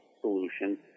solution